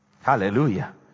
Hallelujah